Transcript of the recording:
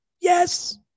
Yes